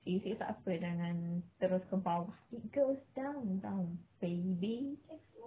C six takpe jangan terus ke bawah it goes down down baby